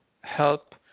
help